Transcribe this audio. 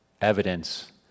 evidence